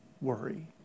worry